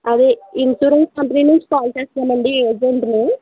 అదే insurance company నుంచి call చేస్తున్నామండి ఏజెంట్ని